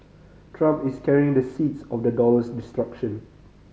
Trump is carrying the seeds of the dollar's destruction